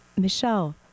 Michelle